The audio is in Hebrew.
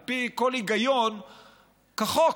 על פי כל היגיון, כחוק.